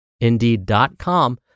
indeed.com